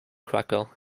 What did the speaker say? cracker